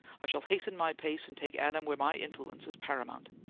i shall hasten my pace, and take adam where my influence is paramount.